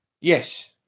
yes